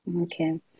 okay